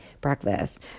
breakfast